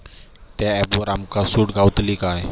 त्या ऍपवर आमका सूट गावतली काय?